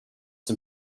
dem